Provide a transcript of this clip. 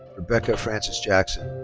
rebecca frances jackson.